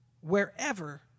wherever